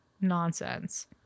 nonsense